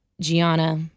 Gianna